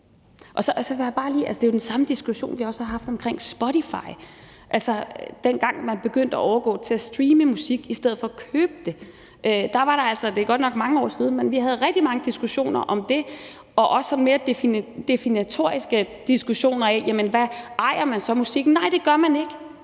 Det er jo den samme diskussion, vi også har haft om Spotify, altså dengang man begyndte at overgå til at streame musik i stedet for at købe det. Der havde vi altså – det er godt nok mange år siden – rigtig mange diskussioner om det, også sådan mere definitoriske diskussioner af, om man så ejer musikken. Nej, det gør man ikke,